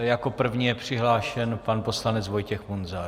Jako první je přihlášen pan poslanec Vojtěch Munzar.